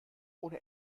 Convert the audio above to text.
ohne